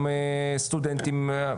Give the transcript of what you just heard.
גם סטודנטים,